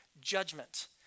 judgment